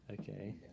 Okay